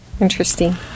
Interesting